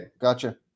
gotcha